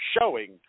showing